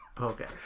Okay